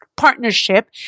partnership